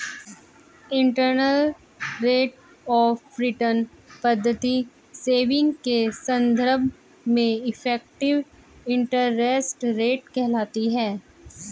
internal rate of return पद्धति saving के संदर्भ में इफेक्टिव इंटरेस्ट रेट कहलाती है